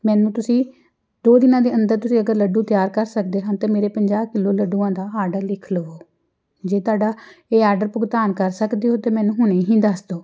ਮੈਨੂੰ ਤੁਸੀਂ ਦੋ ਦਿਨਾਂ ਦੇ ਅੰਦਰ ਤੁਸੀਂ ਅਗਰ ਲੱਡੂ ਤਿਆਰ ਕਰ ਸਕਦੇ ਹਨ ਤਾਂ ਮੇਰੇ ਪੰਜਾਹ ਕਿੱਲੋ ਲੱਡੂਆਂ ਦਾ ਆਡਰ ਲਿਖ ਲਉ ਜੇ ਤੁਹਾਡਾ ਇਹ ਆਡਰ ਭੁਗਤਾਨ ਕਰ ਸਕਦੇ ਹੋ ਤਾਂ ਮੈਨੂੰ ਹੁਣੇ ਹੀ ਦੱਸ ਦਿਉ